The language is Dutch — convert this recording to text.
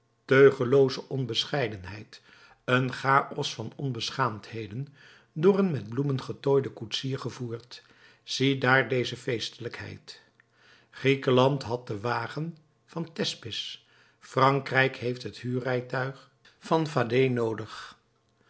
teugellooze onbescheidenheid een chaos van onbeschaamdheden door een met bloemen getooiden koetsier gevoerd ziedaar deze feestelijkheid griekenland had den wagen van thespis frankrijk heeft het huurrijtuig van vadé noodig